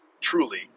truly